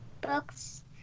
books